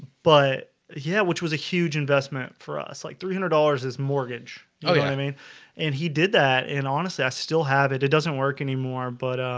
but yeah, which was a huge investment for us like three hundred dollars is mortgage i mean and he did that and honestly, i still have it. it doesn't work anymore but um,